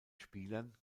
spielern